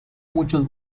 muchos